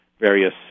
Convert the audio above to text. various